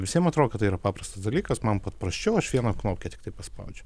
visiem atrodo kad tai yra paprastas dalykas man paprasčiau aš vieną knopkę tiktai paspaudžiu